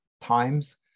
times